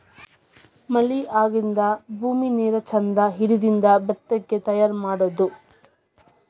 ಮಳಿ ಆಗಿಂದ ಭೂಮಿ ನೇರ ಚಂದ ಹಿಡದಿಂದ ಬಿತ್ತಾಕ ತಯಾರ ಮಾಡುದು